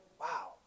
wow